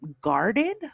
guarded